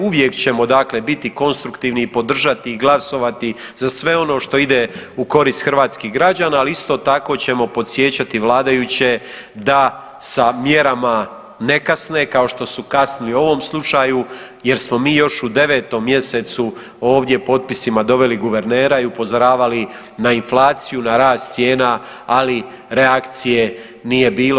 Uvijek ćemo dakle biti konstruktivni i podržati i glasovati za sve ono što ide u korist hrvatskih građana, ali isto tako ćemo podsjećati vladajuće da sa mjerama ne kasne kao što su kasnili u ovom slučaju jer smo mi još u 9. mjesecu ovdje potpisima doveli guvernera i upozoravali na inflaciju, na rast cijena ali reakcije nije bilo.